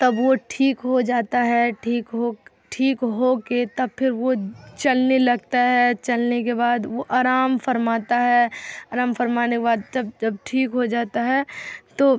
تب وہ ٹھیک ہو جاتا ہے ٹھیک ہو ٹھیک ہوکے تب پھر وہ چلنے لگتا ہے چلنے کے بعد وہ آرام فرماتا ہے آرام فرمانے کے بعد تب جب ٹھیک ہو جاتا ہے تو